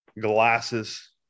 Glasses